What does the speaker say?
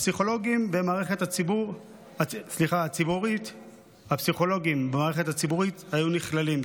הפסיכולוגים במערכת הציבורית היו נכללים.